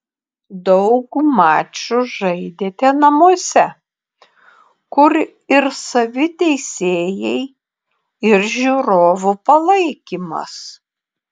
daug mačų žaidėte namuose kur ir savi teisėjai ir žiūrovų palaikymas